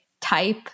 type